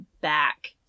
back